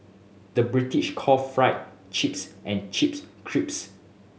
the British call fry chips and chips crisps